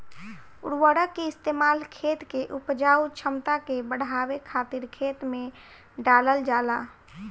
उर्वरक के इस्तेमाल खेत के उपजाऊ क्षमता के बढ़ावे खातिर खेत में डालल जाला